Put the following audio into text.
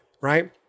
right